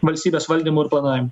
valstybės valdymu ir plavanimu